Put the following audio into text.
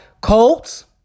Colts